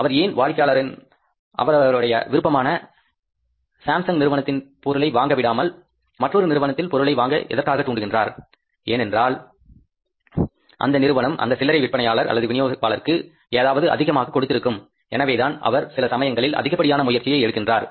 அவர் ஏன் வாடிக்கையாளரின் அவரவருடைய விருப்பமான சாம்சங் நிறுவனத்தில் பொருளை வாங்க விடாமல் மற்றொரு நிறுவனத்தில் பொருளை வாங்க எதற்காக தூண்டுகின்றார் ஏனென்றால் அந்த நிறுவனம் அந்த சில்லரை விற்பனையாளர் அல்லது விநியோகிப்பாளருக்கு ஏதாவது அதிகமாக கொடுத்திருக்கும் எனவேதான் அவர் சில சமயங்களில் அதிகப்படியான முயற்சியை எடுக்கின்றார்